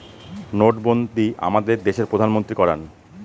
নোটবন্ধী আমাদের দেশের প্রধানমন্ত্রী করান